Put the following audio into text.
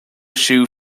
shoe